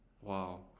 Wow